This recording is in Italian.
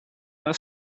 nel